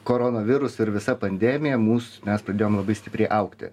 koronavirusu ir visa pandemija mus mes pradėjom labai stipriai augti